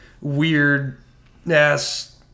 weird-ass